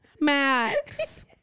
Max